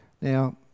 Now